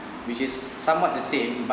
which is somewhat the same but